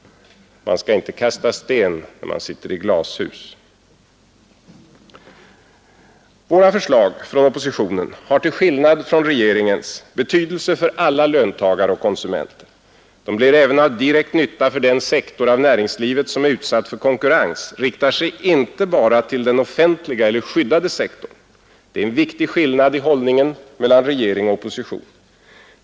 Man skall inte kasta sten när man sitter i glashus. Våra förslag från oppositionen har — till skillnad från regeringens — betydelse för alla löntagare och konsumenter. De blir även av direkt nytta för den sektor av näringslivet som är utsatt för konkurrens — riktar sig alltså inte bara till den offentliga eller skyddade sektorn. Det är en viktig skillnad i hållningen mellan regering och opposition.